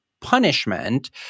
punishment